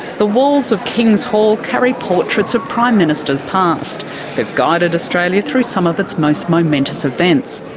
the walls of kings hall carry portraits of prime ministers past who've guided australia through some of its most momentous events.